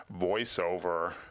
voiceover